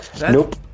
Nope